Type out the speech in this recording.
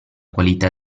qualità